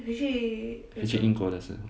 回去英国的时候